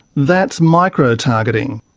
that's micro-targeting.